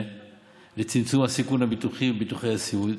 לצמצום הסיכון הביטוחי שיש בביטוחי הסיעוד.